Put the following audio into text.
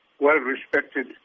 well-respected